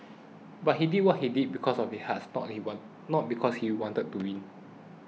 but he did what he did because of his heart and not because he wanted to win